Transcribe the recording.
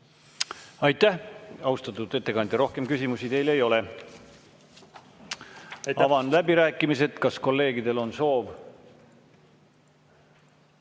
Aitäh, austatud ettekandja! Rohkem küsimusi teile ei ole. Avan läbirääkimised. Kas kolleegidel on soovi